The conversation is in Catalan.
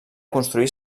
construir